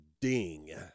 Ding